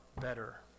better